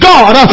God